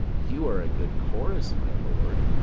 you are a good chorus, my lord.